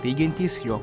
teigiantys jog